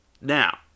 Now